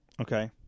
Okay